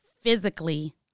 physically